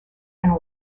and